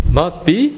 must-be